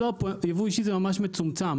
יבוא אישי זה ממש מצומצם,